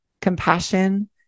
compassion